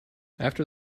after